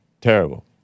Terrible